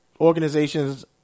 organizations